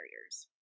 barriers